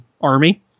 army